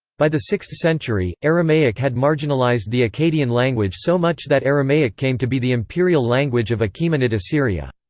by the sixth century, aramaic had marginalised the akkadian language so much that aramaic came to be the imperial language of achaemenid assyria.